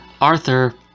Arthur